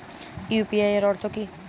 UPI এর অর্থ কি?